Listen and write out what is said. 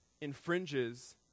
infringes